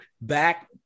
back